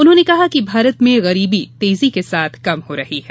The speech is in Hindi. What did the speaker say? उन्होंने कहा कि भारत में गरीबी तेजी के साथ कम हो रही है